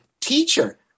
teacher